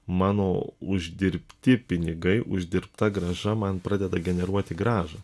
mano uždirbti pinigai uždirbta grąža man pradeda generuoti grąžą